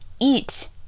eat